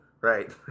Right